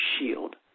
shield